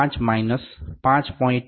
5 minus 5